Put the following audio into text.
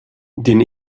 den